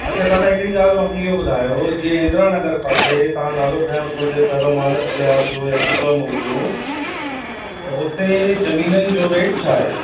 अच्छा दादा हिकिड़ी ॻाल्हि मांखे इहो ॿुधायो जीअं इन्द्रा नगर पासे तव्हां नालो खयो थोरी देर पहिरों मानस विहार जो या छुग्गा मऊ जो त हुते ज़मीननि जो रेट छाहे